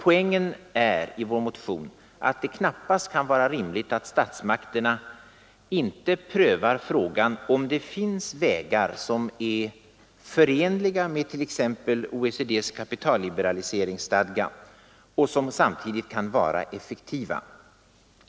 Poängen i vår motion är att det knappast kan vara rimligt att statsmakterna inte prövar om det finns vägar som är förenliga med t.ex. OECD:s kapitalliberaliseringsstadga och som samtidigt kan vara effektiva.